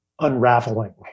unraveling